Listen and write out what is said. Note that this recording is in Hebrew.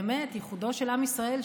באמת ייחודו של עם ישראל,